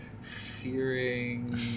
fearing